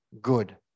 good